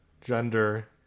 Gender